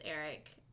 Eric